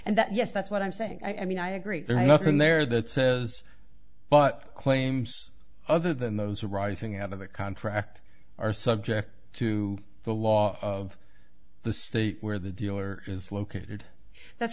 and that yes that's what i'm saying i mean i agree there is nothing there that says but claims other than those arising out of the contract are subject to the law of the state where the dealer is located that's